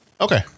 Okay